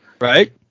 Right